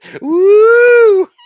Woo